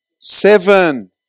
Seven